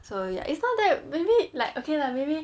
so ya it's not that maybe like okay lah maybe